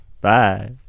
Bye